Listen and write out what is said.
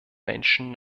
menschen